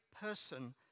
person